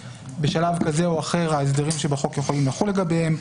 שבשלב כזה או אחר ההסדרים בחוק יכולים לחול לגביהם.